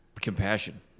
Compassion